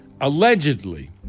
allegedly